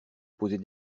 poser